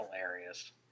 Hilarious